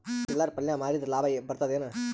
ಚಿಲ್ಲರ್ ಪಲ್ಯ ಮಾರಿದ್ರ ಲಾಭ ಬರತದ ಏನು?